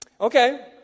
Okay